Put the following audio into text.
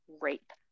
rape